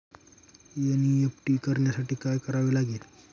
NEFT करण्यासाठी काय करावे लागते?